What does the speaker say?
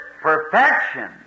perfection